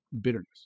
bitterness